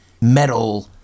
metal